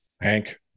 Hank